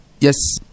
yes